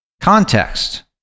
context